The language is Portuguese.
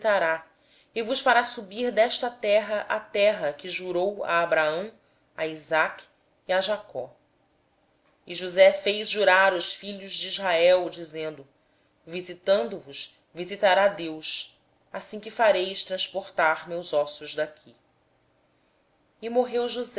visitará e vos fará subir desta terra para a terra que jurou a abraão a isaque e a jacó e josé fez jurar os filhos de israel dizendo certamente deus vos visitará e fareis transportar daqui os meus ossos assim morreu